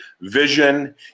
vision